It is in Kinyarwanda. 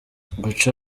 guca